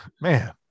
Man